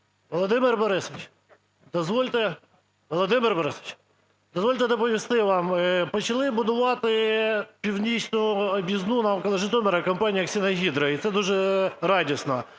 Володимир Борисович! Дозвольте доповісти вам. Почали будувати північну об'їзну навколо Житомира компанією Sinohydro, і це дуже радісно.